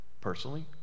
Personally